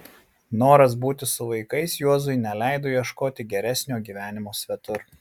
noras būti su vaikais juozui neleido ieškoti geresnio gyvenimo svetur